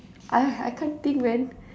ah I can't think man